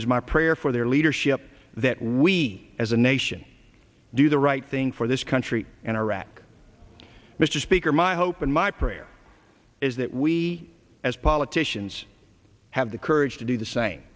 it is my prayer for their leadership that we as a nation do the right thing for this country and iraq mr speaker my hope and my prayer is that we as politicians have the courage to do the same